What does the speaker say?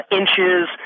inches